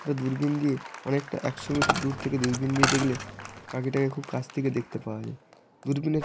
কিন্তু দূরবীন দিয়ে অনেকটা একশো মিটার দূর থেকে দূরবীন দিয়ে দেখলে পাখিটাকে খুব কাছ থেকে দেখতে পাওয়া যায় দূরবীনে